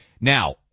now